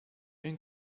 and